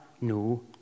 no